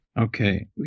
Okay